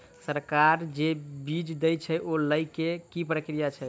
सरकार जे बीज देय छै ओ लय केँ की प्रक्रिया छै?